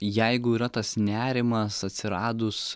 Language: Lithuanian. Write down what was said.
jeigu yra tas nerimas atsiradus